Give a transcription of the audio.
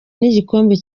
n’igikombe